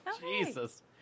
Jesus